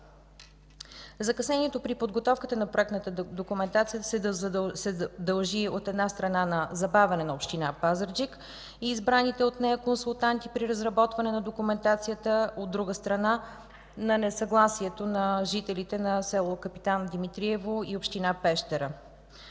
Закъснението при подготовката на проектната документация се дължи, от една страна, на забавяне на община Пазарджик и избраните от нея консултанти при разработване на документацията, от друга страна, на несъгласието на жителите от село Капитан Димитриево и община Пещера.